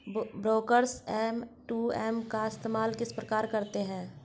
Brokers M two M का इस्तेमाल किस प्रकार से करते हैं?